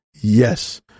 Yes